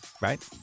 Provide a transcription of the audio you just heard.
right